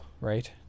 right